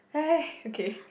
okay